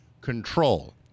control